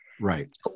right